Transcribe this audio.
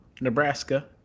Nebraska